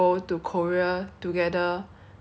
this april and it got cancelled